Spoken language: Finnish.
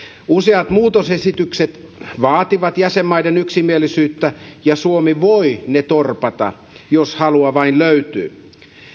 useat muutosesitykset vaativat jäsenmaiden yksimielisyyttä ja suomi voi ne torpata jos halua vain löytyy